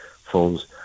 phones